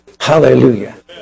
Hallelujah